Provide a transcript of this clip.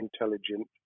intelligent